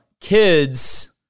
kids